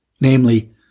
namely